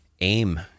aim